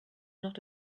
not